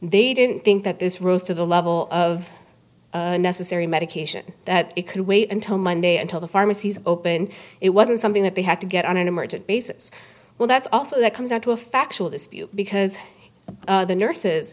they didn't think that this rose to the level of necessary medication that it could wait until monday until the pharmacies opened it was something that they had to get on an emergent basis well that's also that comes out to a factual dispute because the nurses